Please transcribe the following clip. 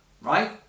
right